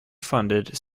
funded